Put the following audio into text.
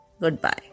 Goodbye